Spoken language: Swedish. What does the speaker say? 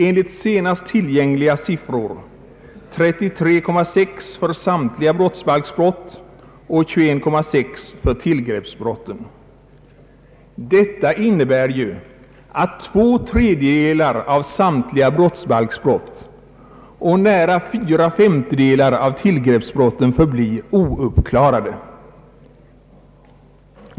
Enligt senast tillgängliga siffror är uppklarningsprocenten 33,6 för samtliga brottsbalksbrott och 21,6 för tillgreppsbrotten. Detta innebär ju att två tredjedelar av samtliga brottsbalksbrott och nära fyra femtedelar av tillgreppsbrotten förblir oupp klarade.